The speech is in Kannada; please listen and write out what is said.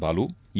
ಬಾಲು ಎ